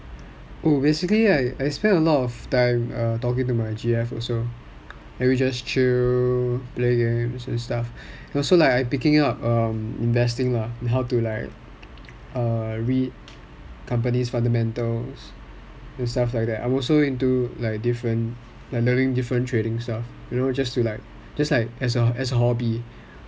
oh basically I spend a lot of time talking to my G_F also then we just chill play games and stuff also like I'm picking up investing lah how to like err read companies fundamentals and stuff like that I'm also into like different like learning different trading stuff you know just to like just like a hobby